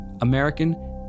American